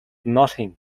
nothing